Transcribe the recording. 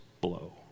blow